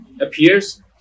appears